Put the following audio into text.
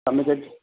तव्हां मूंखे